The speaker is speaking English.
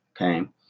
okay